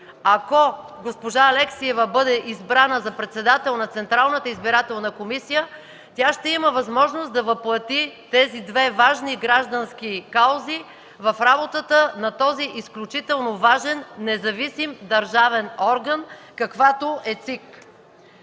Ако госпожа Алексиева бъде избрана за председател на Централната избирателна комисия, тя ще има възможност да въплъти тези две важни граждански каузи в работата на този изключително важен, независим държавен орган, каквато е